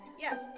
Yes